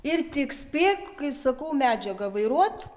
ir tik spėk kai sakau medžiagą vairuot